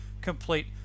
complete